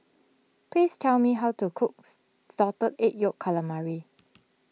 please tell me how to cooks Salted Egg Yolk Calamari